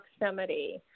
proximity